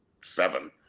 seven